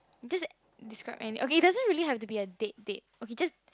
just describe any okay it doesn't really have to be a date date okay just